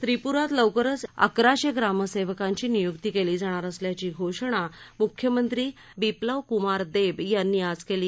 त्रिप्रात लवकरच अकराशे ग्रामसेवकांची निय्क्ती केली जाणार असल्याची घोषणा मुख्यमंत्री बिप्लव कुमार देब यांनी आज केली